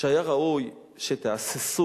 שהיה ראוי שתהססו